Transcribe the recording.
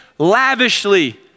lavishly